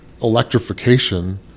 electrification